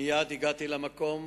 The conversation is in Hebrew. מייד הגעתי למקום,